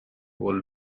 world